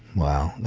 wow.